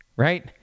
Right